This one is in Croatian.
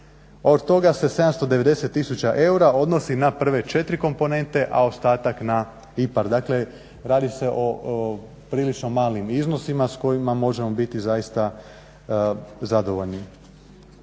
Od toga se 790 000 eura odnosi se na prve četiri komponente, a ostatak na IPARD. Dakle radi se o prilično malim iznosima s kojima možemo biti zaista zadovoljni.